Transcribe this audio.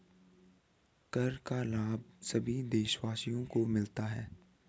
कर का लाभ सभी देशवासियों को मिलता है